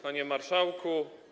Panie Marszałku!